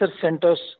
centers